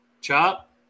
Chop